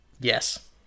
Yes